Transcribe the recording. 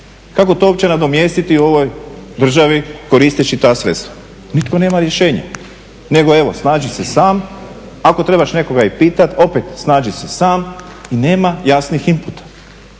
Kako to uopće nadomjestiti u ovoj državi koristeći ta sredstva? Nitko nema rješenja. Nego evo, snađi se sam, ako trebaš nekoga i pitati opet snađi se sam i nema jasnih inputa.